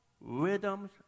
rhythms